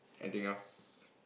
anything else